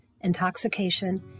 intoxication